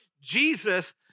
Jesus